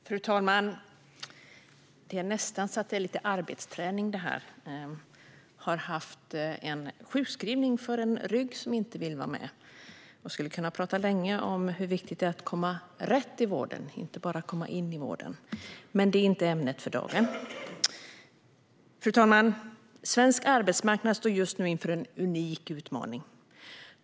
Fru talman! Det är nästan så att detta är lite arbetsträning för mig. Jag har varit sjukskriven för en rygg som inte vill vara med. Jag skulle kunna prata länge om hur viktigt det är att komma rätt i vården, inte bara komma in i vården. Men det är inte ämnet för dagen. Fru talman! Svensk arbetsmarknad står just nu inför en unik utmaning.